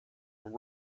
and